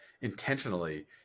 intentionally